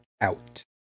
out